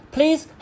Please